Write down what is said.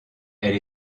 elle